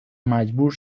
مجبور